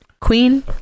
Queen